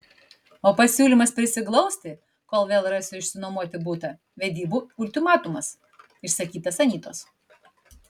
o pasiūlymas prisiglausti kol vėl rasiu išsinuomoti butą vedybų ultimatumas išsakytas anytos